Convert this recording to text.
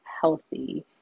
healthy